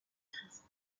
christ